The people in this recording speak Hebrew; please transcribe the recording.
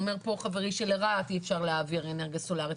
אומר פה חברי שלרהט אי אפשר להעביר אנרגיה סולארית.